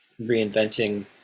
reinventing